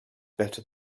better